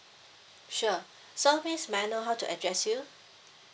sure so miss may I know how to address you